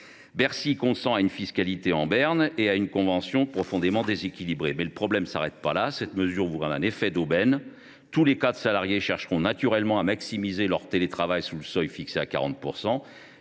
Bercy consent à une fiscalité en berne et à une convention profondément déséquilibrée ! Pour autant, le problème est encore plus vaste. Cette mesure engendre un effet d’aubaine : tous les cadres salariés chercheront naturellement à maximiser leur télétravail sous le seuil fixé à 40